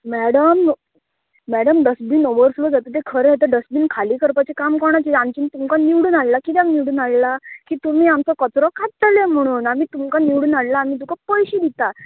madam madam dustbin overflow जाता तें खरें तें डस्टबीन खाली करपाचें काम कोणाचें आमच्यान तुमकां निवडून हाडलां कित्याक निवडून हाडलां की तुमी आमचो कचरो काडटलें म्हणून आमी तुमकां निवडून हाडलां आमी तुका पयशे दिता